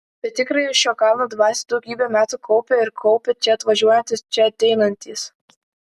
bet tikrąją šio kalno dvasią daugybę metų kaupė ir kaupia čia atvažiuojantys čia ateinantys